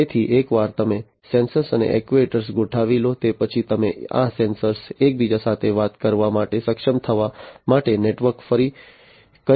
તેથી એકવાર તમે સેન્સર્સ અને એક્ટ્યુએટર્સ ગોઠવી લો તે પછી તમે આ સેન્સર્સ એકબીજા સાથે વાત કરવા માટે સક્ષમ થવા માટે નેટવર્કકરી શકો છો